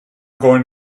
going